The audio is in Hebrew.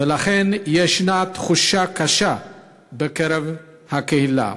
ולכן יש תחושה קשה בקרב הקהילה.